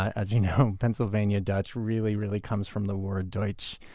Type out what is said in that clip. as you know, pennsylvania dutch really really comes from the word deutsch,